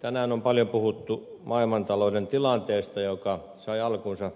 tänään on paljon puhuttu maailmantalouden tilanteesta joka sai alkunsa